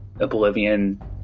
Oblivion